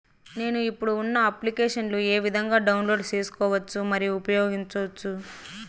నేను, ఇప్పుడు ఉన్న అప్లికేషన్లు ఏ విధంగా డౌన్లోడ్ సేసుకోవచ్చు మరియు ఉపయోగించొచ్చు?